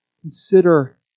consider